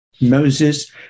Moses